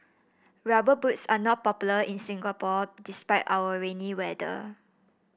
rubber boots are not popular in Singapore despite our rainy weather